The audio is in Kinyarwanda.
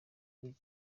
ari